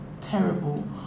terrible